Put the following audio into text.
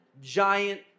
giant